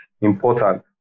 Important